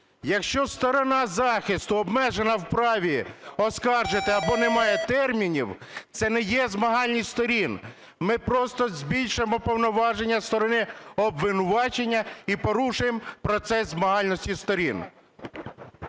Якщо сторона захисту обмежена в праві оскаржити або не має термінів, це не є змагальність сторін. Ми просто збільшимо повноваження сторони обвинувачення і порушуємо процес змагальності сторін.